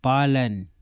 पालन